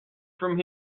from